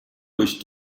durch